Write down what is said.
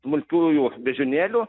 smulkiųjų beždžionėlių